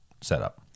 setup